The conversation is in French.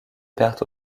pertes